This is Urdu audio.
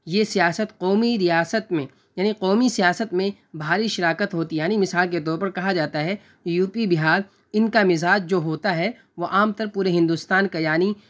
یہ سیاست قومی ریاست میں یعنی قومی سیاست میں بھاری شراکت ہوتی ہے یعنی مثال کے طور پر کہا جاتا ہے کہ یو پی بہار ان کا مزاج جو ہوتا ہے وہ عام طر پر پورے ہندوستان کا یعنی